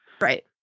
Right